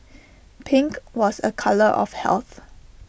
pink was A colour of health